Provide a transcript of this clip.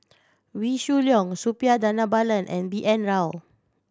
Wee Shoo Leong Suppiah Dhanabalan and B N Rao